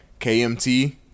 KMT